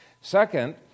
Second